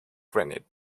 granite